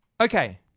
Okay